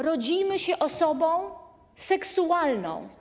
Rodzimy się osobą seksualną.